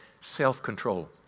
self-control